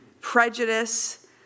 prejudice